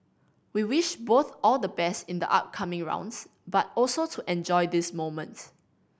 we wish both all the best in the upcoming rounds but also to enjoy this moment